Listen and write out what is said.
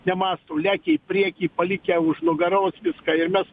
nemąsto lekia į priekį palikę už nugaros viską ir mes